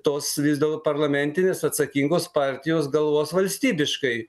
tos vis dėlto parlamentinės atsakingos partijos galvos valstybiškai